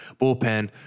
bullpen